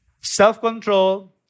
self-control